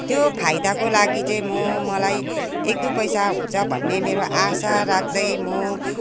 त्यो फाइदाको लागि चाहिँ म मलाई एक दुई पैसा हुन्छ भन्ने मेरो आशा राख्दै म